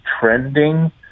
trending